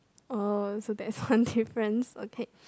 oh so that's one difference okay